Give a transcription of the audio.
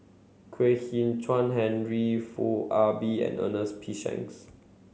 Kwek Hian Chuan Henry Foo Ah Bee and Ernest P Shanks